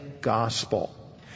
gospel